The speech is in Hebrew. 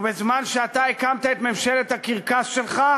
ובזמן שאתה הקמת את ממשלת הקרקס שלך,